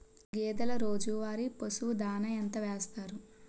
గేదెల రోజువారి పశువు దాణాఎంత వేస్తారు?